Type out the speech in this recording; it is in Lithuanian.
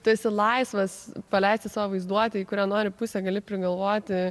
tu esi laisvas paleisti savo vaizduote į kurią nori pusę gali prigalvoti